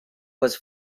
was